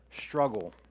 struggle